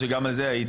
אני לא בטוח.